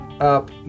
up